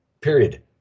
period